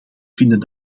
vinden